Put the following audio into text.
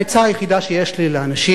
העצה היחידה שיש לי לאנשים